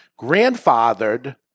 Grandfathered